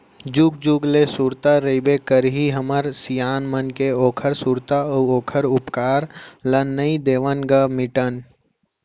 जुग जुग ले सुरता रहिबे करही हमर सियान मन के ओखर सुरता अउ ओखर उपकार ल नइ देवन ग मिटन